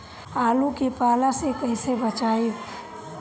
आलु के पाला से कईसे बचाईब?